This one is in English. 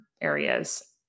areas